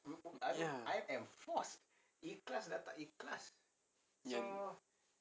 ya